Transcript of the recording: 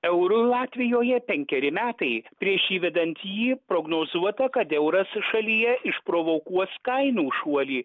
eurui latvijoje penkeri metai prieš įvedant jį prognozuota kad euras šalyje išprovokuos kainų šuolį